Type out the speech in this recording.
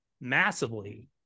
massively